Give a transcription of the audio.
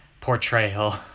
portrayal